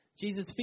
Jesus